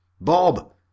bob